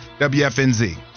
WFNZ